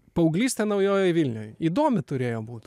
paauglystė naujojoj vilnioje įdomiai turėjo būti